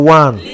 one